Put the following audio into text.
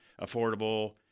affordable